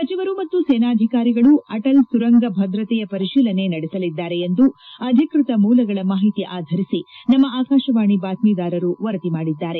ಸಚಿವರು ಮತ್ತು ಸೇನಾಧಿಕಾರಿಗಳು ಅಟಲ್ ಸುರಂಗ ಭದ್ರತೆಯ ಪರಿಶೀಲನೆ ನಡೆಸಲಿದ್ದಾರೆ ಎಂದು ಅಧಿಕೃತ ಮೂಲಗಳ ಮಾಹಿತಿ ಆಧರಿಸಿ ನಮ್ಮ ಆಕಾಶವಾಣಿ ಬಾತ್ಮೀದಾರರು ವರದಿ ಮಾಡಿದ್ದಾರೆ